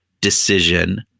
decision